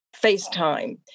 FaceTime